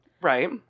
Right